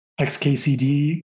XKCD